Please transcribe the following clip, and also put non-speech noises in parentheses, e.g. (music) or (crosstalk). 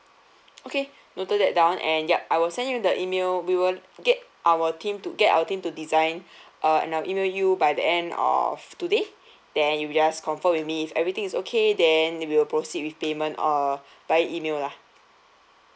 okay noted that down and yup I will send you the email we will get our team to get our team to design (breath) uh and I'll email you by the end of today then you will just confirm with me if everything is okay then we will proceed with payment uh via email lah